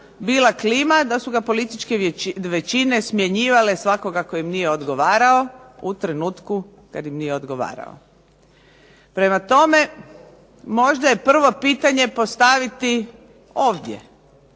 bila klima da su ga političke većine smjenjivale svakoga tko im nije odgovarao u trenutku kada im nije odgovarao. Prema tome, možda je prvo pitanje postaviti ovdje